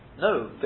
No